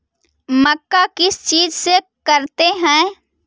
मक्का किस चीज से करते हैं?